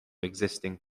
existing